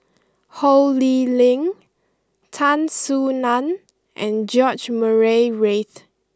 Ho Lee Ling Tan Soo Nan and George Murray Reith